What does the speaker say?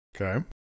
Okay